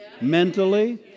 mentally